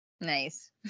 Nice